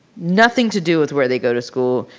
nothing to do with where they go to school,